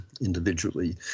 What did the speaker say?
individually